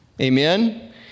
Amen